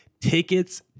tickets